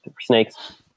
snakes